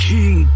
King